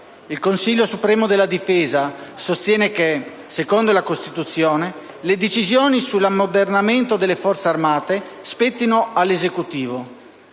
Il Consiglio supremo di difesa sostiene che, secondo la Costituzione, le decisioni sull'ammodernamento delle Forze armate spettino all'Esecutivo.